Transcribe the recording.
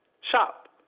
shop